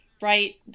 right